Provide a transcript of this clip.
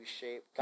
shape